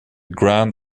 grand